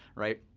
right?